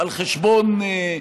על חשבון מי?